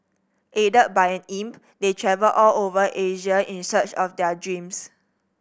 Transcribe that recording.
aided by an imp they travel all over Asia in search of their dreams